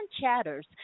chatters